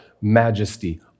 majesty